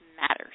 matters